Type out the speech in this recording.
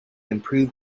improve